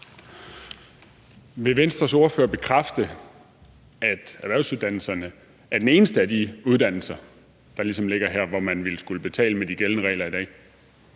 Vil Venstres ordfører bekræfte, at erhvervsuddannelserne er den eneste af de uddannelser, der ligger her, hvor man ville skulle betale efter de gældende regler i dag?